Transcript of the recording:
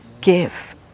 give